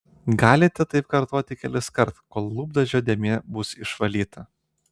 galite taip kartoti keliskart kol lūpdažio dėmė bus išvalyta